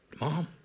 Mom